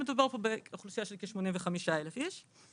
מדובר פה על אוכלוסייה של כ-85,000 איש.